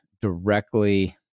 directly